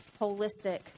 holistic